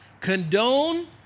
condone